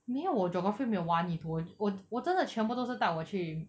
没有我 geography 没有挖泥土我我我真的全部都是带我去